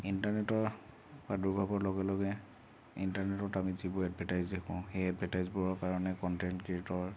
ইন্টাৰনেটৰ প্ৰাদুৰ্ভাৱৰ লগে লগে ইন্টাৰনেটত আমি যিবোৰ এড্ভাৰটাইজ দেখোঁ সেই এড্ভাৰটাইজবোৰৰ কাৰণে কন্টেন্ট ক্ৰিয়েটৰ